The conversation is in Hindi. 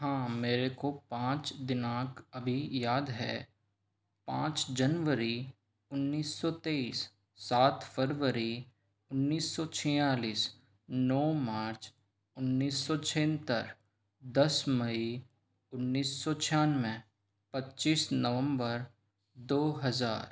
हाँ मेरे को पाँच दिनाँक अभी याद हैं पाँच जनवरी उन्नीस सौ तेईस सात फरवरी उन्नीस सौ छियालीस नौ मार्च उन्नीस सौ छिहत्तर दस मई उन्नीस सौ छियान्नवे पच्चीस नवम्बर दो हजार